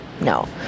No